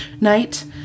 night